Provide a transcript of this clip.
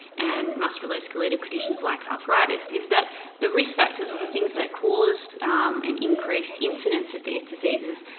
and muscularskeletal conditions like arthritis is that the risk factors, or the things that cause an increased incidence of these diseases,